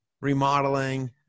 remodeling